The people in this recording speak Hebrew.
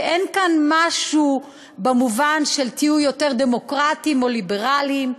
ואין כאן משהו במובן של: תהיו דמוקרטיים או ליברליים,